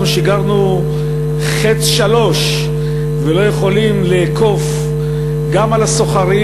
אנחנו שיגרנו "חץ 3" ולא יכולים לאכוף גם על הסוחרים